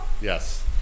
Yes